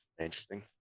Interesting